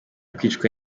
kwicwa